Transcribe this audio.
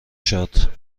شاد